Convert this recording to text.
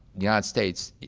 united states,